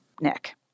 Nick